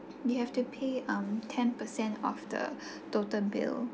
you have to pay um ten percent of the total bill